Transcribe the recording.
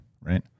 right